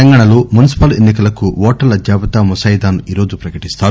తెలంగాణలో మున్సిపల్ ఎన్సికలకు ఓటర్ల జాబితా ముసాయిదాను ఈ రోజు ప్రకటీస్తారు